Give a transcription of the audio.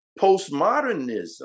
Postmodernism